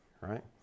right